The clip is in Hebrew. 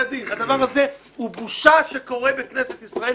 הדין: הדבר הזה בושה שהוא קורה בכנסת ישראל,